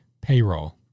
payroll